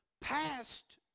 past